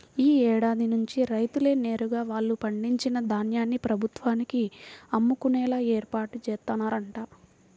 యీ ఏడాది నుంచి రైతులే నేరుగా వాళ్ళు పండించిన ధాన్యాన్ని ప్రభుత్వానికి అమ్ముకునేలా ఏర్పాట్లు జేత్తన్నరంట